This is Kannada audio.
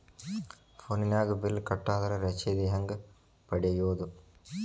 ಫೋನಿನಾಗ ಬಿಲ್ ಕಟ್ಟದ್ರ ರಶೇದಿ ಹೆಂಗ್ ಪಡೆಯೋದು?